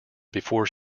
before